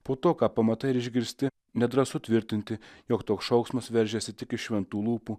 po to ką pamatai ir išgirsti nedrąsu tvirtinti jog toks šauksmas veržiasi tik iš šventų lūpų